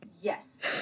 Yes